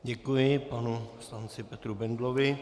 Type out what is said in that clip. Děkuji panu poslanci Petru Bendlovi.